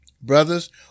Brothers